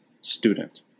student